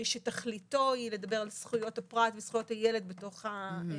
שתכליתו היא לדבר על זכויות הפרט וזכויות הילד בתוך החסות,